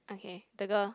okay the girl